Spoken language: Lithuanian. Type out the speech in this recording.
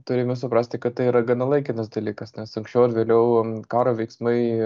turime suprasti kad tai yra gana laikinas dalykas nes anksčiau ar vėliau karo veiksmai